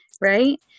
right